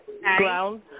ground